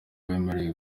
wemerewe